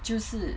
就是